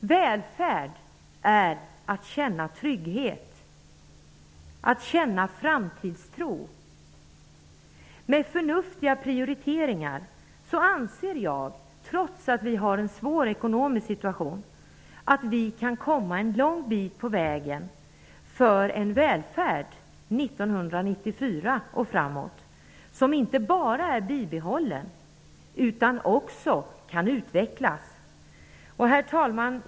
Välfärd är att känna trygghet, att känna framtidstro. Med förnuftiga prioriteringar anser jag, trots att vi har en svår ekonomisk situation, att vi kan komma en lång bit på väg för en välfärd 1994 och framåt som inte bara är bibehållen utan också kan utvecklas. Herr talman!